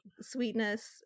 Sweetness